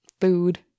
food